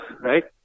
right